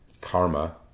karma